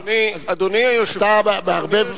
אתה מערבב,